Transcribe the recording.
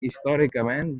històricament